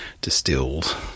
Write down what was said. distilled